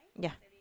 yeah